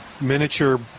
miniature